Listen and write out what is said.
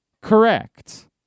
correct